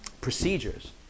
procedures